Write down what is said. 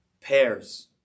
pears